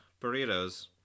Burritos